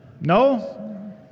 No